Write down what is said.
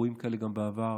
אירועים כאלה גם בעבר,